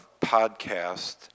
podcast